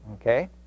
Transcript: okay